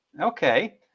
Okay